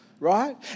Right